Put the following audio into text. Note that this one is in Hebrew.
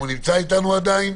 האם הוא נמצא איתנו עדיין?